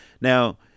now